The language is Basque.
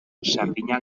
sardina